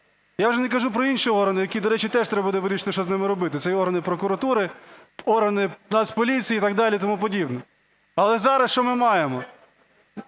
Я вже не кажу про інші органи, які, до речі, теж треба буде вирішити, що з ними робити. Це і органи прокуратури, органи Нацполіції і так далі, і тому подібне. Але зараз що ми маємо?